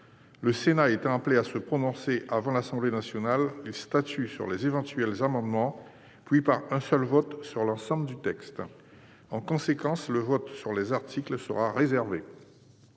le Sénat étant appelé à se prononcer avant l'Assemblée nationale, il statue sur les éventuels amendements puis, par un seul vote, sur l'ensemble du texte. En conséquence, le vote sur les articles sera réservé.